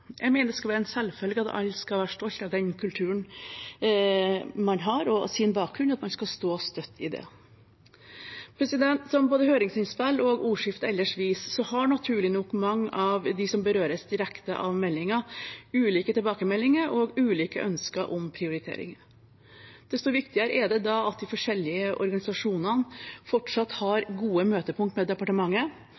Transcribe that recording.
Jeg mener det må være en selvfølge at alle skal være stolte av den kulturen man har og sin bakgrunn, og at man skal stå støtt i det. Som både høringsinnspill og ordskiftet ellers viser, har naturlig nok mange av dem som berøres direkte av meldingen, ulike tilbakemeldinger og ulike ønsker om prioriteringer. Desto viktigere er det da at de forskjellige organisasjonene fortsatt har